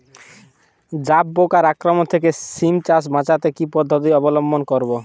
জাব পোকার আক্রমণ থেকে সিম চাষ বাচাতে কি পদ্ধতি অবলম্বন করব?